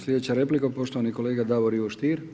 Slijedeća replika, poštovani kolega Davor Ivo Stier.